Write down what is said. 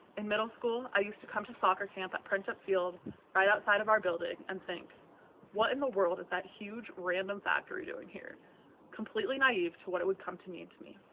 in middle school i used to come to soccer camp at princip field right outside of our building and think what in the world is that huge random factory doing here completely naive to what it would come to mean to me.